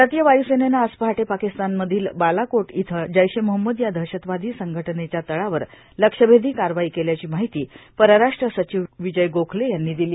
भारतीय वायू सेनेनं आज पहाटे पाकिस्तानमधील बालाकोट इथं जैश ए मोहम्मद या दहशतवादी संघटनेच्या तळावर लक्ष्यभेदी कारवाई केल्याची माहिती परराष्ट्र सचिव विजय गोखले यांनी दिली